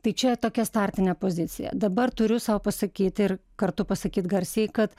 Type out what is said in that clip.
tai čia tokia startinė pozicija dabar turiu sau pasakyt ir kartu pasakyt garsiai kad